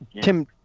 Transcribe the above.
Tim